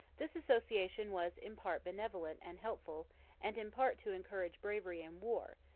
this association was in part benevolent and helpful and in part to encourage bravery in war,